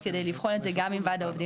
כולל מה שצריך לעשות עם העובדים.